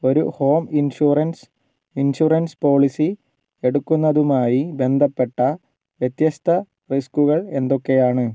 ഒരു home insurance insurance policy എടുക്കുന്നതുമായി ബന്ധപ്പെട്ട വ്യത്യസ്ത റിസ്കുകൾ എന്തൊക്കെയാണ്